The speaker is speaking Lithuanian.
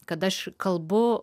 kad aš kalbu